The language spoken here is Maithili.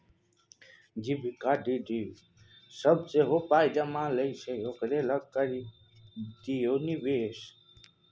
जीविका दीदी सभ सेहो पाय जमा लै छै ओकरे लग करि दियौ निवेश